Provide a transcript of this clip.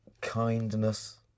kindness